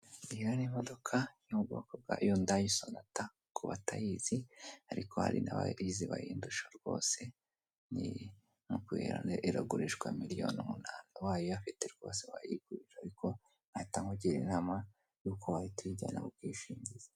Iyo ni imodoka yo mu bwoko bwa Yundayi Sonata ku batayizi, ariko hari n'abayizi bayindusha rwose ni urwererane, iragurishwa miliyoni umunani, ubaye uyafite rwose wayigurira, ariko nahita nkugira inama y'uko wahita uyijyana mu bwishingizi.